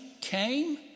came